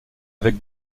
avec